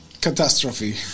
catastrophe